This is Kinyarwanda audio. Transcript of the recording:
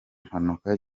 mpanuka